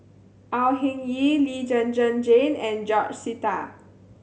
Au Hing Yee Lee Zhen Zhen Jane and George Sita